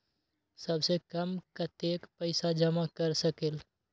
सबसे कम कतेक पैसा जमा कर सकेल?